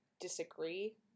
disagree